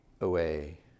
away